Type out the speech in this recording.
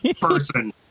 person